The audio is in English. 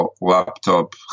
laptop